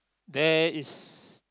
there is